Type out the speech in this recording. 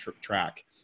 track